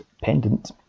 pendant